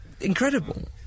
Incredible